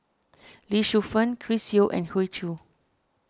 Lee Shu Fen Chris Yeo and Hoey Choo